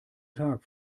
tag